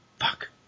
Fuck